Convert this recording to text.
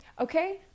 okay